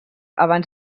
abans